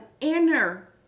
inner